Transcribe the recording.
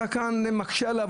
אתה מקשה עליו,